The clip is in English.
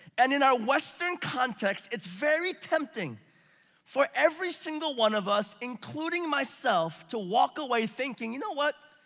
and in our western context, it's very tempting for every single one of us, including myself, to walk away thinking, you know what,